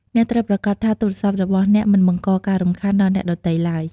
អ្នកត្រូវប្រាកដថាទូរស័ព្ទរបស់អ្នកមិនបង្កការរំខានដល់អ្នកដទៃទ្បើយ។